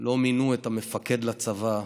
לא מינו את המפקד לצבא.